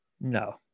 No